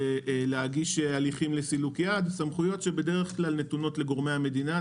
להגיש הליכים לסילוק יד - סמכויות שבדרך כלל נתונות לגורמי המדינה.